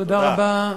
תודה רבה,